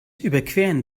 überqueren